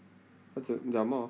你讲什么